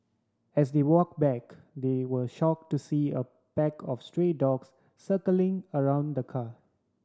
as they walk back they were shock to see a pack of stray dogs circling around the car